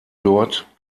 dort